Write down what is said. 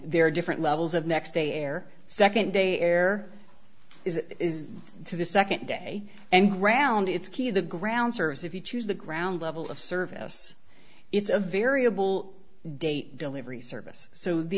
there are different levels of next day air second day air is to the second day and ground it's key the ground service if you choose the ground level of service it's a variable day delivery service so the